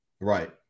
Right